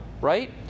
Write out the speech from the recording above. right